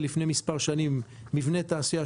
ולפני כמה שנים מבני תעשייה,